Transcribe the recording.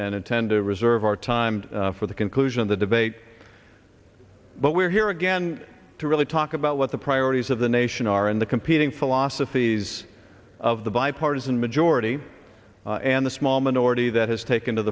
intend to reserve our time for the conclusion of the debate but we're here again to really talk about what the priorities of the nation are in the competing philosophies of the bipartisan majority and the small minority that has taken to